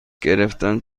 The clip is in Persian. گرفتن